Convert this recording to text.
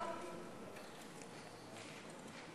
אנחנו לא